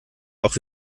auch